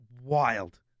wild